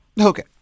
Okay